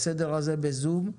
בסדר הזה בזום.